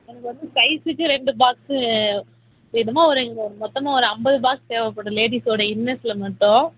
எனக்கு வந்து சைஸுக்கு ரெண்டு பாக்ஸு மினிமம் ஒரு மொத்தமாக ஒரு ஐம்பது பாக்ஸ் தேவைப்படும் லேடிஸோட இன்னர்ஸில் மட்டும்